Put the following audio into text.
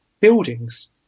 buildings